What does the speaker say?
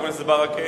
חבר הכנסת ברכה,